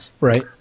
right